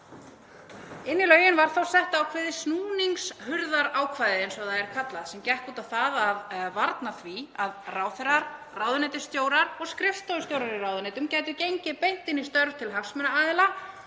Inn í lögin var þó sett ákveðið snúningshurðarákvæði, eins og það er kallað, sem gekk út á það að varna því að ráðherrar, ráðuneytisstjórar og skrifstofustjórar í ráðuneytum gætu gengið beint inn í störf til hagsmunaaðila